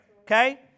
Okay